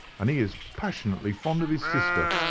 and he is passionately fond of his sister.